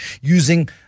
using